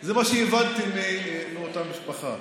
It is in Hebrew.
זה מה שהבנתי מאותה משפחה.